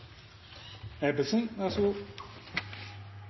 loven, vær så